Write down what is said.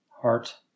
heart